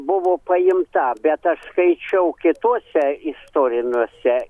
buvo paimta bet aš skaičiau kituose istoriniuose